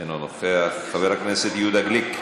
אינו נוכח, חבר הכנסת יהודה גליק.